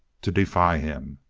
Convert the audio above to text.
to defy him!